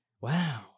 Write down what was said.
Wow